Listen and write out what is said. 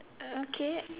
okay